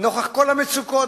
נוכח כל המצוקות,